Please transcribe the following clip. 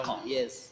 Yes